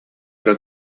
эрэ